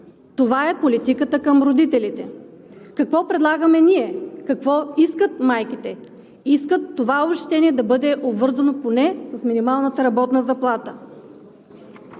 Това е политиката към родителите. Какво предлагаме ние, какво искат майките? Искат това обезщетение да бъде обвързано поне с минималната работна заплата.